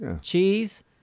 cheese